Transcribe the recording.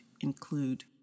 include